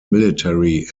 military